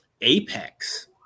apex